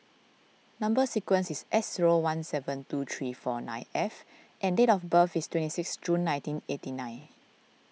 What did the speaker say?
Number Sequence is S zero one seven two three four nine F and date of birth is twenty six June nineteen eighty nine